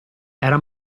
era